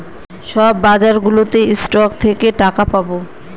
সব বাজারগুলোতে স্টক থেকে টাকা পাবো